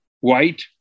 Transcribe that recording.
white